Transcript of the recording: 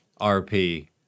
rp